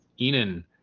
Enan